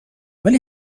ولی